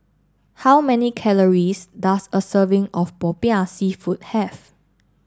how many calories does a serving of Popiah Seafood have